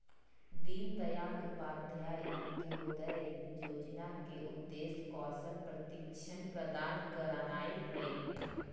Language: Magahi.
दीनदयाल उपाध्याय अंत्योदय जोजना के उद्देश्य कौशल प्रशिक्षण प्रदान करनाइ हइ